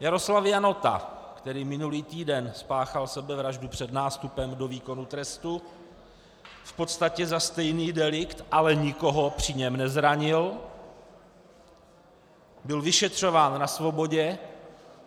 Jaroslav Janota, který minulý týden spáchal sebevraždu před nástupem do výkonu trestu v podstatě za stejný delikt, ale nikoho při něm nezranil, byl vyšetřován na svobodě